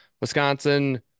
Wisconsin –